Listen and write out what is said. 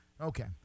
Okay